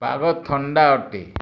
ପାଗ ଥଣ୍ଡା ଅଟେ